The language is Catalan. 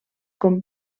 com